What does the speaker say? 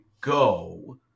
go